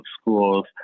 schools